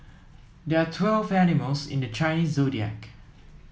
there are twelve animals in the Chinese zodiac